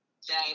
say